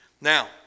Now